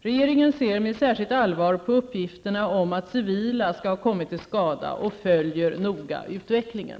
Regeringen ser med särskilt allvar på uppgifterna om att civila skall ha kommit till skada och följer noga utvecklingen.